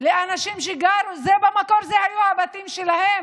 לאנשים שבמקור אלה היו הבתים שלהם.